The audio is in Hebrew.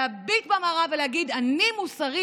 להביט במראה ולהגיד: אני מוסרי,